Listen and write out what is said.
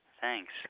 Thanks